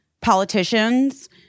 politicians